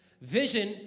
Vision